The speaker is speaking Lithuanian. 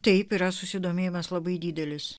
taip yra susidomėjimas labai didelis